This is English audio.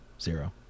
zero